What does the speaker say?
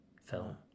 film